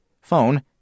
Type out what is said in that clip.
Phone